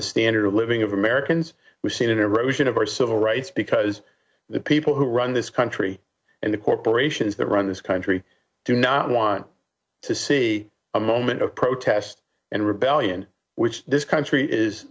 the standard being of americans we stated erosion of our civil rights because the people who run this country and the corporations that run this country do not want to see a moment of protest and rebellion which this country is